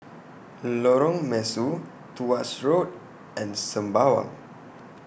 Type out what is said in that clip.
Lorong Mesu Tuas Road and Sembawang